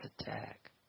attack